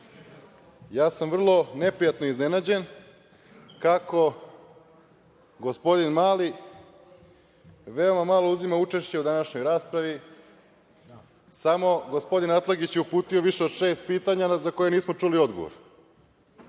ja sam vrlo neprijatno iznenađen kako gospodin Mali veoma malo uzima učešća u današnjoj raspravi, samo je gospodin Atlagić uputio više od šest pitanja, za koje nismo čuli odgovor. Dakle,